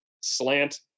slant